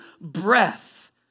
breath